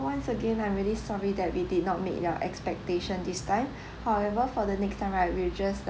once again I'm really sorry that we did not meet their expectation this time however for the next time right we'll just